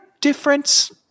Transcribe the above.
difference